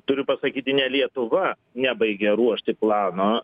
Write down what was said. turiu pasakyti ne lietuva nebaigė ruošti plano